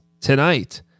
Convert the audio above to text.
tonight